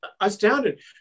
astounded